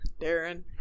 Darren